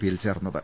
P യിൽ ചേർന്നത്